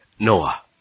Noah